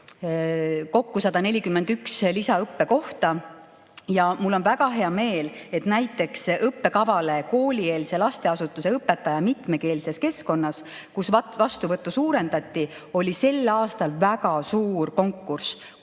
kokku 141 lisaõppekohta. Ja mul on väga hea meel, et näiteks õppekavale "Koolieelse lasteasutuse õpetaja mitmekeelses keskkonnas", kus vastuvõttu suurendati, oli sel aastal väga suur konkurss: